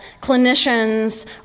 clinicians